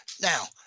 Now